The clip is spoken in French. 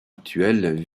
actuels